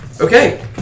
Okay